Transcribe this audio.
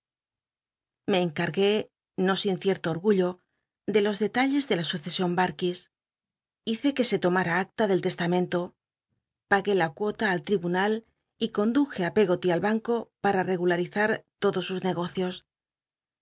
me encargué no sin cierto orgullo de los detalles de la sucesion barkis hice r ue se tomara acta del testamento pagué la euola al tl'ibunal y conduje í peggoly al banco para regularizar lodos sus negocios